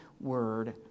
word